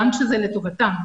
גם כשזה לטובתם,